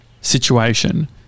situation